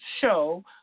show